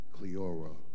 Cleora